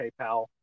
paypal